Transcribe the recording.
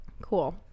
Cool